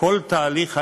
זה כל תהליך האישור,